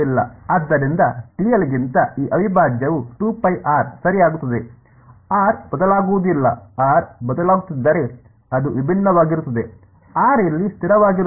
ಆದ್ದರಿಂದ ಗಿಂತ ಈ ಅವಿಭಾಜ್ಯವು ಸರಿ ಆಗುತ್ತದೆ r ಬದಲಾಗುವುದಿಲ್ಲ r ಬದಲಾಗುತ್ತಿದ್ದರೆ ಅದು ವಿಭಿನ್ನವಾಗಿರುತ್ತದೆ r ಇಲ್ಲಿ ಸ್ಥಿರವಾಗಿರುತ್ತದೆ